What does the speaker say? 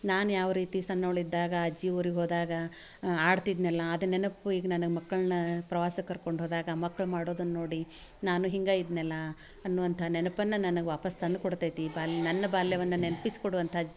ನಾನು ಯಾವ ರೀತಿ ಸಣ್ಣವ್ಳು ಇದ್ದಾಗ ಅಜ್ಜಿ ಊರಿಗೆ ಹೋದಾಗ ಆಡ್ತಿದ್ದೆನಲ್ಲ ಅದು ನೆನಪು ಈಗ ನನಗೆ ಮಕ್ಳನ್ನು ಪ್ರವಾಸಕ್ಕೆ ಕರ್ಕೊಂಡು ಹೋದಾಗ ಮಕ್ಳು ಮಾಡೋದನ್ನು ನೋಡಿ ನಾನೂ ಹೀಗೆ ಇದ್ದೆನಲ್ಲ ಅನ್ನುವಂಥ ನೆನಪನ್ನು ನನಗೆ ವಾಪಸ್ ತಂದುಕೊಡ್ತೈತಿ ಬಾಲ್ ನನ್ನ ಬಾಲ್ಯವನ್ನು ನೆನ್ಪಿಸಿ ಕೊಡುವಂಥ